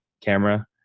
camera